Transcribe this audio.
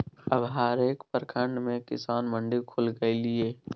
अब हरेक प्रखंड मे किसान मंडी खुलि गेलै ये